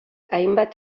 hainbat